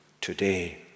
today